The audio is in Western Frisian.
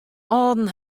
âlden